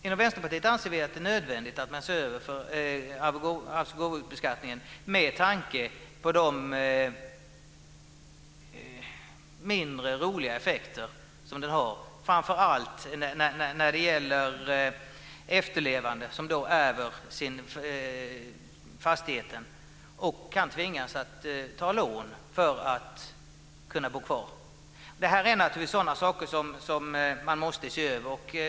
Inom Vänsterpartiet anser vi att det är nödvändigt att man ser över arvs och gåvobeskattningen med tanke på de mindre roliga effekter den har framför allt när det gäller efterlevande som ärver en fastighet och kan tvingas ta lån för att kunna bo kvar. Det här är naturligtvis sådana saker som man måste se över.